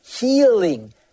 healing